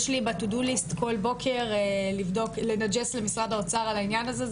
יש לי ב-to do list כל בוקר לנג'ס למשרד האוצר על העניין הזה.